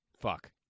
Fuck